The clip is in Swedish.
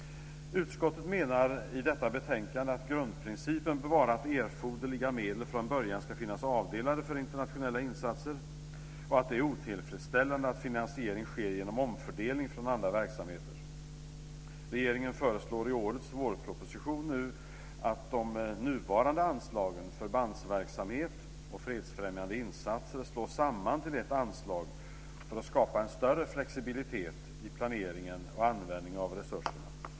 Utskottet menar i detta betänkande att grundprincipen bör vara att erforderliga medel från början ska finnas avdelade för internationella insatser och att det är otillfredsställande att finansiering sker genom omfördelning från andra verksamheter. Regeringen föreslår i årets vårproposition att de nuvarande anslagen Förbandsverksamhet och Fredsfrämjande insatser slås samman till ett anslag för att skapa en större flexibilitet i planeringen och användningen av resurserna.